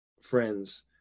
friends